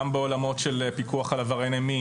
גם בעולמות של פיקוח על עברייני מין.